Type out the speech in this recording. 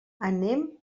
anem